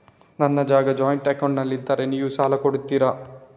ನನ್ನ ಜಾಗ ಜಾಯಿಂಟ್ ಅಕೌಂಟ್ನಲ್ಲಿದ್ದರೆ ನೀವು ಸಾಲ ಕೊಡ್ತೀರಾ?